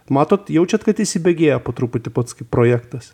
matot jaučiat kad įsibėgėja po truputį pats kaip projektas